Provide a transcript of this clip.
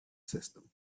system